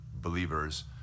believers